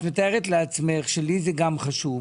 את מתארת לעצמך שלי זה גם חשוב.